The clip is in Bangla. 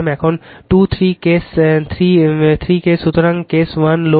এখন 2 3 কেস 3 কেস সুতরাং কেস 1 লোড